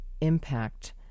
impact